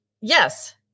Yes